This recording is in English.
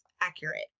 accurate